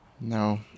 No